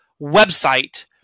website